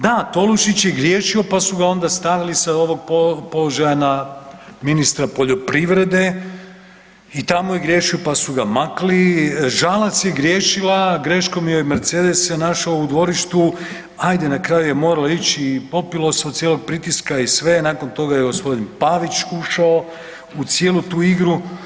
Da, Tolušić je griješio pa su ga onda stavili sa ovog položaja na ministra poljoprivrede i tamo je griješio pa su ga makli, Žalac je griješila, greškom joj se Mercedes našao u dvorištu, ajde na kraju je morala ići i popilo se od cijelog pritiska i sve, nakon toga je g. Pavić ušao u cijelu tu igru.